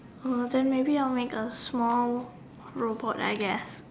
then may be I will make a small robot I guess